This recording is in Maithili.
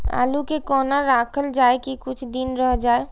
आलू के कोना राखल जाय की कुछ दिन रह जाय?